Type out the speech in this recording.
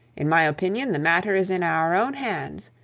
in my opinion, the matter is in our own hands.